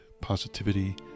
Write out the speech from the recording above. positivity